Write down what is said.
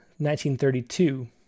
1932